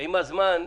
שעם הזמן,